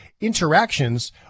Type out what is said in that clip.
interactions